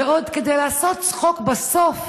ועוד, כדי לעשות צחוק, בסוף